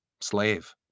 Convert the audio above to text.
slave